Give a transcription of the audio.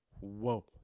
Whoa